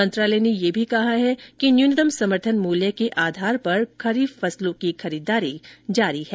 मंत्रालय ने यह भी कहा है कि न्यूनतम समर्थन मूल्य के आधार पर खरीफ फसलों की खरीदारी जारी है